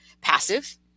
Passive